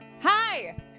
Hi